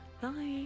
bye